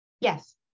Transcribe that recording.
Yes